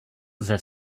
lze